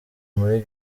muri